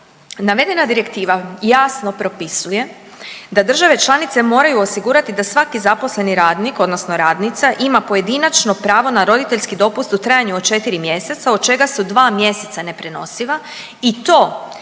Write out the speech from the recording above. Navedena direktiva jasno propisuje da države članice moraju osigurati da svaki zaposleni radnik odnosno radnica ima pojedinačno pravo na roditeljski dopust u trajanju od 4 mjeseca od čega su dva mjeseca neprenosiva i to